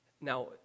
Now